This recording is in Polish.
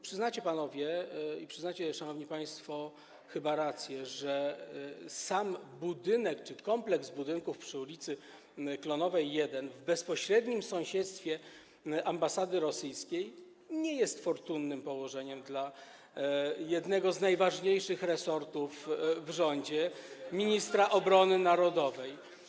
Przyznacie, panowie, i przyznacie, szanowni państwo, chyba rację, że samo położenie budynku czy kompleksu budynków przy ul. Klonowej 1 w bezpośrednim sąsiedztwie ambasady rosyjskiej nie jest fortunne w przypadku jednego z najważniejszych resortów w rządzie - ministra obrony narodowej.